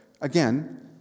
again